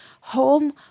home